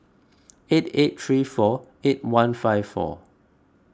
eight eight three four eight one five four